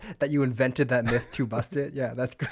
that you invented that myth to bust it? yeah, that's